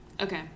Okay